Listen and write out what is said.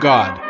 God